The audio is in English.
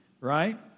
right